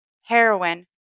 heroin